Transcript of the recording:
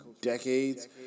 decades